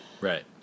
Right